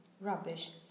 Rubbish